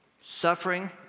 Suffering